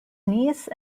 niece